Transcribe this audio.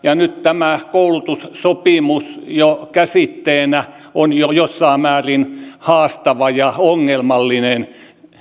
nyt tämä koulutussopimus jo käsitteenä on jossain määrin haastava ja ongelmallinen